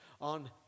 on